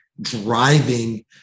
driving